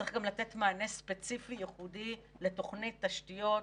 צריך גם לתת מענה ספציפי ייחודי לתוכנית תשתיות,